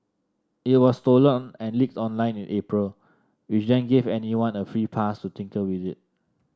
it was stolen and leaked online in April which then gave anyone a free pass to tinker with it